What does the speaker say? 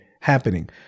happening